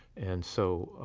and so,